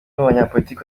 banyapolitiki